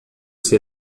esse